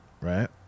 right